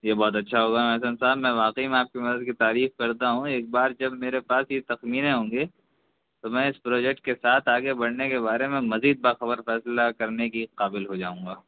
یہ بہت اچھا ہوگا میسن صاحب میں واقعی میں آپ کی مدد کی تعریف کرتا ہوں ایک بار جب میرے پاس یہ تخمینے ہوں گے تو میں اِس پروجیکٹ کے ساتھ آگے بڑھنے کے بارے میں مزید باخبر فیصلہ کرنے کی قابل ہو جاؤں گا